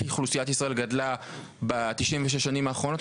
אוכלוסיית ישראל גדלה ב-96 שנים האחרונות,